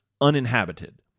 uninhabited